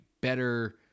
better